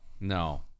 no